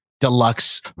deluxe